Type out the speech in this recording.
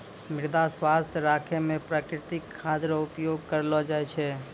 मृदा स्वास्थ्य राखै मे प्रकृतिक खाद रो उपयोग करलो जाय छै